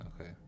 Okay